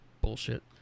bullshit